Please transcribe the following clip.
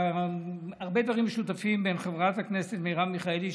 והרבה דברים משותפים בין חברת הכנסת מרב מיכאלי,